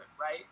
right